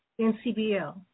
NCBL